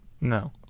No